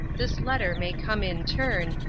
this letter may come in turn,